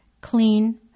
clean